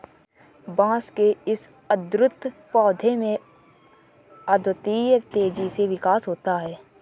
बांस के इस अद्भुत पौधे में अद्वितीय तेजी से विकास होता है